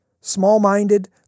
small-minded